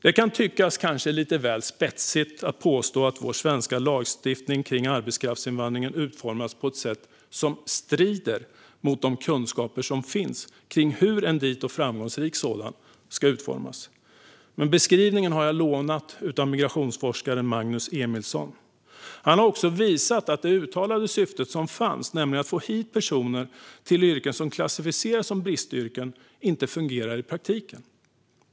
Det kanske kan tyckas lite väl spetsigt att påstå att vår svenska lagstiftning om arbetskraftsinvandring är utformad på ett sätt som strider mot de kunskaper som finns kring hur en framgångsrik sådan ska utformas, men den beskrivningen har jag lånat av migrationsforskaren Magnus Emilsson. Han har också visat att det uttalade syfte som fanns, nämligen att få hit personer till yrken som klassificeras som bristyrken, inte fungerar i praktiken.